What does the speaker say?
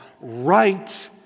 right